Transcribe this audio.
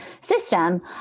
system